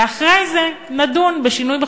ואחרי זה נדון בשינוי בחוק-יסוד.